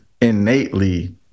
innately